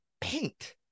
paint